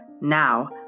Now